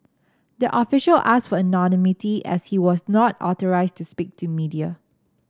the official asked for anonymity as he was not authorised to speak to media